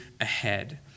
ahead